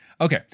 Okay